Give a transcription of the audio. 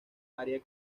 área